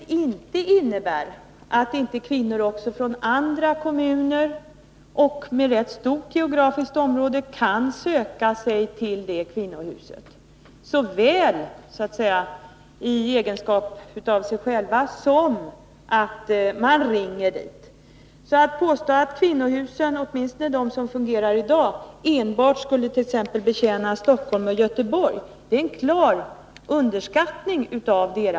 Men det innebär inte att inte kvinnor också från andra kommuner inom ett ganska stort geografiskt område kan söka sig till kvinnohuset såväl personligen som genom att ringa dit. Att påstå att kvinnohusen — åtminstone de som fungerar i dag— enbart skulle betjäna t.ex. Stockholm och Göteborg är alltså en klar underskattning av dem.